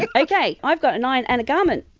like okay, i've got an iron and a garment.